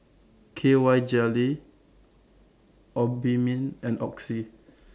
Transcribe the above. K Y Jelly Obimin and Oxy